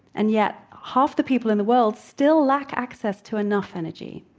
and yet half the people in the world still lack access to enough energy.